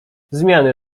zmiany